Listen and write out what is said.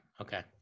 Okay